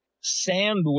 sandwich